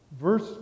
verse